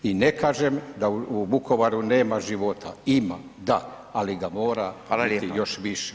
I ne kažem da u Vukovaru nema života, ima da, ali ga mora biti još više.